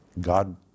God